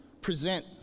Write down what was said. present